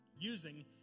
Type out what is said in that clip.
Using